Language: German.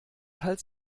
hals